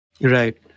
Right